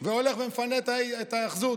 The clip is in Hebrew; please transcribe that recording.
והולך ומפנה את ההיאחזות.